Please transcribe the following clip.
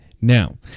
Now